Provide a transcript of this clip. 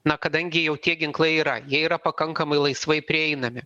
na kadangi jau tie ginklai yra jie yra pakankamai laisvai prieinami